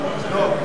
לא.